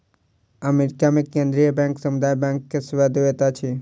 America मे केंद्रीय bank समुदाय बैंक के सेवा दैत अछि